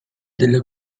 della